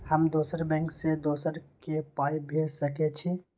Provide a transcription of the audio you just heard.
हम दोसर बैंक से दोसरा के पाय भेज सके छी?